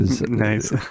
Nice